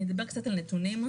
אני אדבר קצת על נתונים,